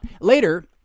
Later